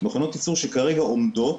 שכרגע עומדות,